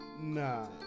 Nah